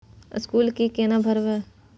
School fee केना भरबै?